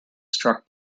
struck